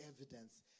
evidence